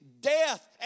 death